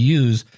use